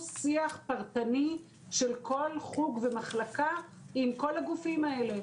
שיח פרטני של כל חוג ומחלקה עם כל הגופים האלה,